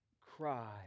cry